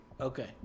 Okay